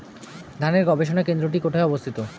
ধানের গবষণা কেন্দ্রটি কোথায় অবস্থিত?